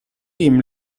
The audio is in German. dem